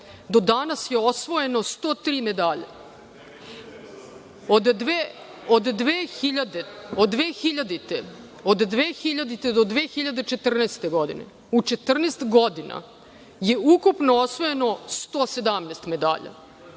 do danas su osvojene 103 medalje. Od 2000. godine do 2014. godine, u 14 godina je ukupno osvojeno 117 medalja.